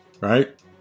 Right